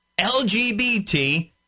LGBT